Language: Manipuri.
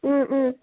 ꯎꯝ ꯎꯝ